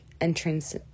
entrance